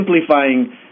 simplifying